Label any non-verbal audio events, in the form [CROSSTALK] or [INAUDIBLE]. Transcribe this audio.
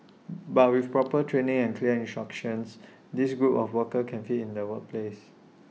[NOISE] but with proper training and clear instructions this group of workers can fit in the workplace